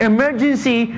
Emergency